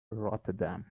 rotterdam